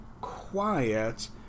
quiet